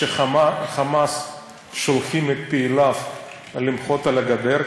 "חמאס" שולח את פעיליו למחות על הגדר,